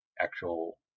actual